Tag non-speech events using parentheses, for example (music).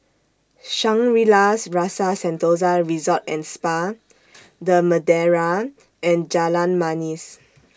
Shangri La's Rasa Sentosa Resort and Spa (noise) The Madeira and Jalan Manis